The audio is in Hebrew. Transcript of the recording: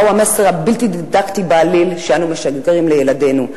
מה הוא המסר הבלתי-דידקטי בעליל שאנו משגרים לילדינו?